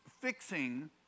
fixing